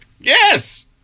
Yes